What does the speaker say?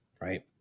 right